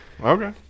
Okay